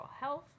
Health